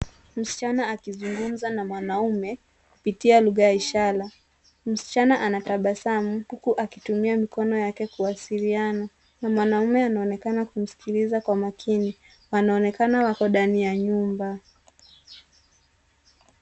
Msichana akizungumza na mwanaume, kupitia lugha ya ishara. Msichana anatabasamu, huku akitumia mikono yake kuwasiliana. Na mwanamume anaonekana kumsikiliza kwa makini. Wanaonekana wako ndani ya nyumba.